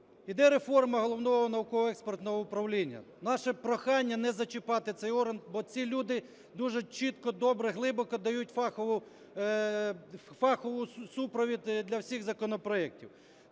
Іде реформа Головного науково-експертного управління. Наше прохання не зачіпати цей орган, бо ці люди дуже чітко, добре, глибоко дають фаховий супровід для всіх законопроектів.